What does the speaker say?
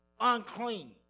Unclean